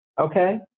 okay